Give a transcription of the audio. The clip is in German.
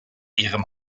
ihrem